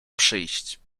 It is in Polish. przyjść